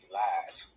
lies